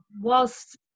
whilst